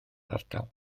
ardal